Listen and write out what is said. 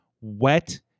wet